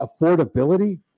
affordability